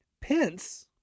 Pence